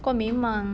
kau memang